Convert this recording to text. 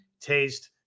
taste